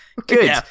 Good